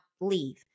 leave